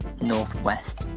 northwest